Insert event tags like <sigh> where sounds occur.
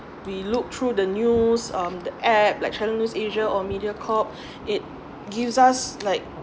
we look through the news on the app like channel news asia or mediacorp <breath> it gives us like